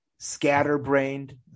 scatterbrained